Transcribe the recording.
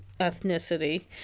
ethnicity